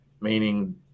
meaning